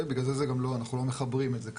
בגלל זה אנחנו גם לא מחברים את זה כאן.